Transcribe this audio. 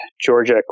Georgia